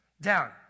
down